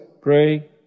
Pray